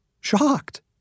shocked